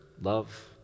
love